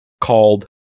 called